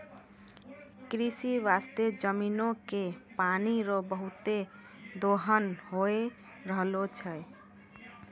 कृषि बास्ते जमीनो के पानी रो बहुते दोहन होय रहलो छै